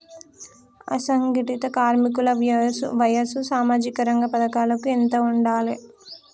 అసంఘటిత కార్మికుల వయసు సామాజిక రంగ పథకాలకు ఎంత ఉండాలే?